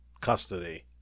custody